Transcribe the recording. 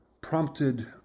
prompted